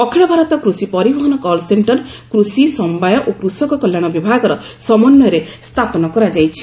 ଅଖିଳ ଭାରତ କୃଷି ପରିବହନ call centre କୃଷି ସମବାୟ ଓ କୃଷକ କଲ୍ୟାଶ ବିଭାଗର ସମନ୍ୱୟରେ ସ୍ଥାପନ କରାଯାଇଛି